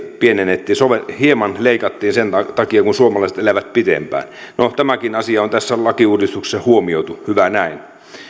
hieman leikattiin sen takia kun suomalaiset elävät pitempään no tämäkin asia on tässä lakiuudistuksessa huomioitu hyvä näin